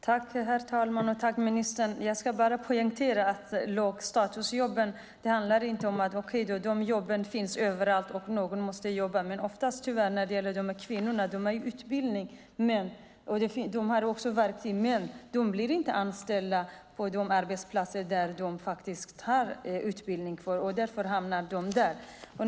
Herr talman! Tack, ministern! Jag ska bara poängtera att detta med lågstatusjobben inte handlar om att de finns överallt och att någon måste göra dem. Tyvärr är det oftast så när det gäller dessa kvinnor att de har utbildning och verktyg, men de blir inte anställda på de arbetsplatser som de faktiskt har utbildning för. Därför hamnar de där.